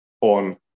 on